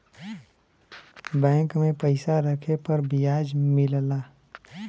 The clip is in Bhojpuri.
बैंक में पइसा रखे पर बियाज मिलला